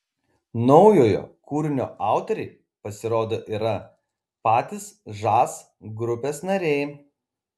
naujojo kūrinio autoriai pasirodo yra patys žas grupės nariai